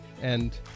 and-